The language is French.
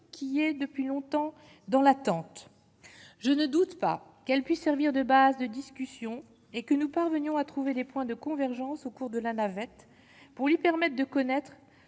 qui est depuis longtemps dans l'attente je ne doute pas qu'elle puisse servir de base de discussion et que nous parvenions à trouver des points de convergence au cours de la navette pour lui permettent de connaître